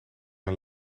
een